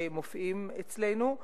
כפי שמופיע אצלנו,